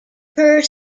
per